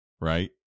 Right